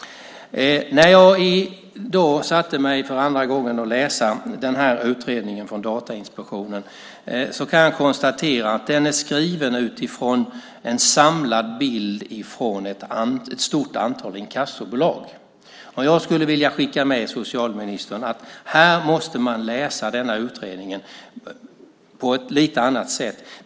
När jag för andra gången läste utredningen från Datainspektionen konstaterade jag att den är skriven efter en samlad bild av ett stort antal inkassobolag. Jag vill skicka med socialministern att man måste läsa denna utredning på ett något annat sätt.